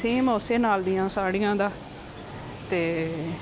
same ਉਸ ਨਾਲ ਦੀਆਂ ਸਾੜੀਆਂ ਦਾ ਅਤੇ